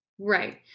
right